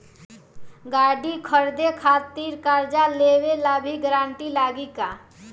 गाड़ी खरीदे खातिर कर्जा लेवे ला भी गारंटी लागी का?